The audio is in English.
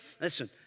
Listen